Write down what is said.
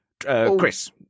Chris